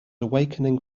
awakening